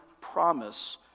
promise